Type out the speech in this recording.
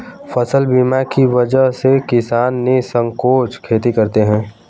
फसल बीमा की वजह से किसान निःसंकोच खेती करते हैं